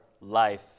life